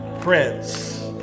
Prince